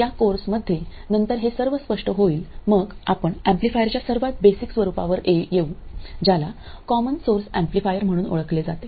या कोर्समध्ये नंतर हे सर्व स्पष्ट होईल मग आपण एम्पलीफायरच्या सर्वात बेसिक स्वरूपावर येऊ ज्याला कॉमन सोर्स ऍम्प्लिफायर म्हणून ओळखले जाते